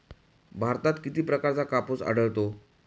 भारतात किती प्रकारचा कापूस आढळतो?